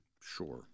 Sure